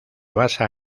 basa